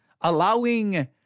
allowing